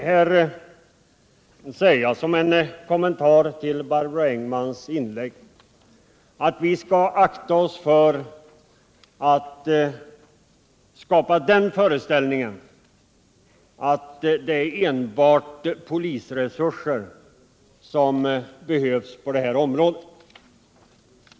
Låt mig som en kommentar till Barbro Engmans inlägg säga att vi skall akta oss för att skapa den föreställningen att det enbart är polisresurser som behövs på det här området.